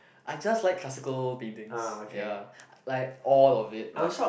I just like classical paintings ya like all of it like